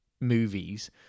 movies